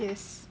yes